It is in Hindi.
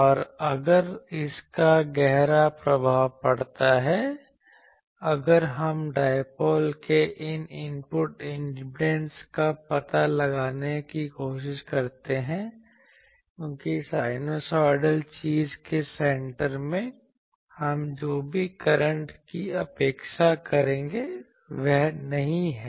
और अब अगर इसका गहरा प्रभाव पड़ता है अगर हम डायपोल के इनपुट इम्पीडेंस का पता लगाने की कोशिश करते हैं क्योंकि साइनूसोइडल चीज़ के सेंटर में हम जो भी करंट की अपेक्षा करेंगे वही नहीं है